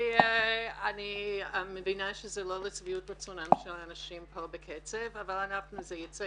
אני מבינה שזה לא לשביעות רצונם של אנשים כאן אבל זה יצא